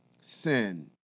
sin